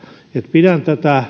pidän